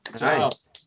Nice